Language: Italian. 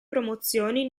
promozioni